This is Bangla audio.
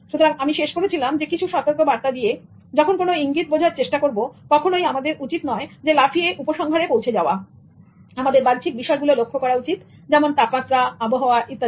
সুতরাং আমি শেষ করেছিলাম কিছু সতর্কবার্তা দিয়েযখন কোনো ইঙ্গিত বোঝার চেষ্টা করবকখনোই আমাদের উচিত নয় লাফিয়ে উপসংহারে পৌঁছানোআমাদের বাহ্যিক বিষয়গুলো লক্ষ্য করা উচিত যেমন তাপমাত্রাআবহাওয়া ইত্যাদি